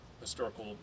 historical